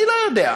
אני לא יודע.